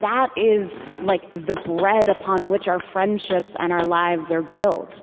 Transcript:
that is like the bread upon which our friendships and our lives are built.